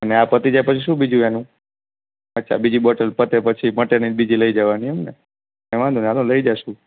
અને આ પતી જાય પછી શું બીજું એનું અચ્છા બીજી બોટલ પતે પછી મટે નહીં તો બીજી લઇ જવાની એમ ને કંઈ વાંધો નહીં ચાલો ને લઇ જઈશું